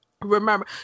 remember